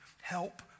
Help